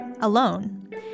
alone